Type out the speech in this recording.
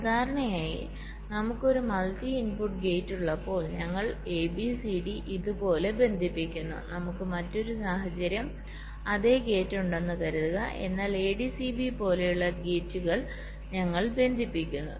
സാധാരണയായി നമുക്ക് ഒരു മൾട്ടി ഇൻപുട്ട് ഗേറ്റ് ഉള്ളപ്പോൾ ഞങ്ങൾ എബിസിഡി ഇതുപോലെ ബന്ധിപ്പിക്കുന്നു നമുക്ക് മറ്റൊരു സാഹചര്യം അതേ ഗേറ്റ് ഉണ്ടെന്ന് കരുതുക എന്നാൽ എഡിസിബി പോലെയുള്ള ഗേറ്റുകൾ ഞങ്ങൾ ബന്ധിപ്പിക്കുന്നു